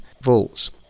volts